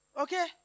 Okay